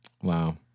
Wow